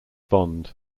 bond